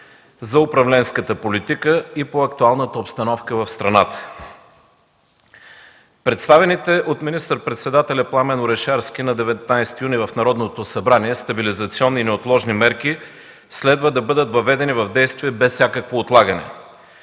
за управленската политика и по актуалната обстановка в страната. Представените от министър-председателя Пламен Орешарски на 19 юни тази година в Народното събрание „Стабилизационни и неотложни мерки”, следва да бъдат въведени в действие без всякакво отлагане.